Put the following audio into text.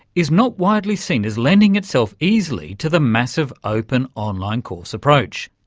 is not widely seen as lending itself easily to the massive open online course approach.